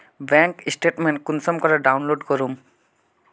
Bank statement कुंसम करे download करूम?